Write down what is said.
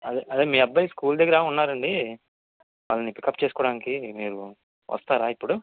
అదే అదే మీ అబ్బాయి స్కూల్ దగ్గర ఉన్నారు అండి వాళ్ళని పిక్అప్ చేసుకోడానికి మీరు వస్తారా ఇపుడు